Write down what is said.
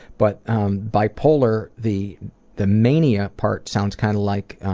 but bi-polar, the the mania part sounds kind of like